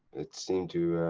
it seem to.